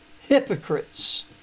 Hypocrites